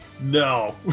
No